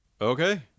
Okay